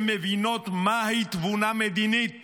שמבינות מהי תבונה מדינית